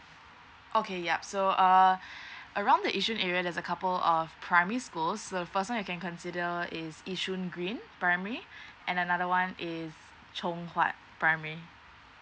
okay ya so err around the yishun area there's a couple of primary school so first one you can consider is yishun green primary and another one is chong huat primary